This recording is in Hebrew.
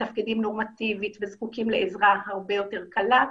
שמתפקדים נורמטיבית וזקוקים לעזרה הרבה יותר קלה,